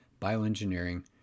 bioengineering